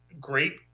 great